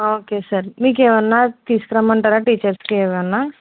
okay sir మీకు ఏమైనా తీసుకురమంటారా టీచర్స్కి ఏమైనా